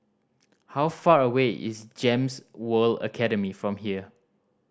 how far away is GEMS World Academy from here